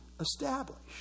established